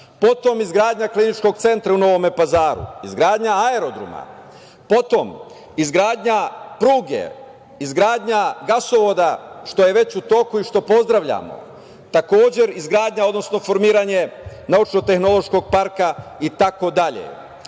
izgradnja kliničkog centra u Novome Pazaru, izgradnja aerodroma, izgradnja pruge, izgradnja gasovoda, što je već u toku i što pozdravljamo, izgradnja, odnosno formiranje naučno-tehnološkog parka itd. Proteklih